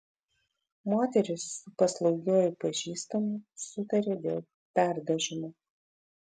moteris su paslaugiuoju pažįstamu sutarė dėl perdažymo